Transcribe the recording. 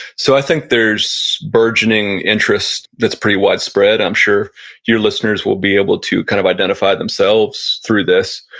so i think there's burgeoning interest that's pretty widespread. i'm sure your listeners will be able to kind of identify themselves through this.